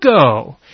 go